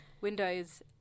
windows